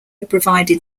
provided